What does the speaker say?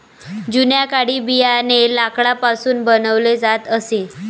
जुन्या काळी बियाणे लाकडापासून बनवले जात असे